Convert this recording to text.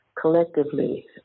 collectively